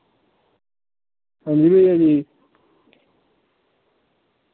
हां जी भैया जी